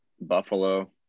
Buffalo